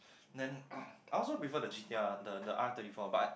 then I also prefer the G_T_R the the R thirty four but